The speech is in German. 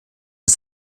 des